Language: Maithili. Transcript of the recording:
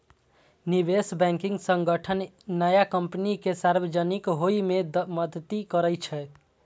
निवेश बैंकिंग संगठन नया कंपनी कें सार्वजनिक होइ मे मदति करै छै